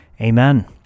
Amen